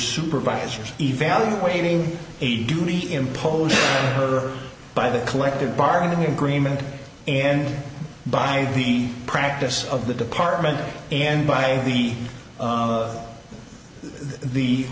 supervisors evaluating a dooney imposed her by the collective bargaining agreement and by the practice of the department and by the